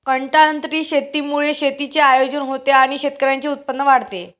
कंत्राटी शेतीमुळे शेतीचे आयोजन होते आणि शेतकऱ्यांचे उत्पन्न वाढते